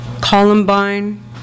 Columbine